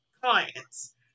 clients